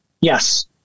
Yes